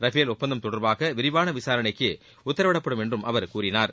Rafale ஒப்பந்தம் தொடர்பாக விரிவான விசாரணைக்கு உத்தரவிடப்படும் என்றும் அவர் கூறினார்